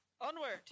Onward